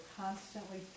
constantly